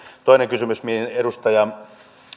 toinen kysymys minkä edustaja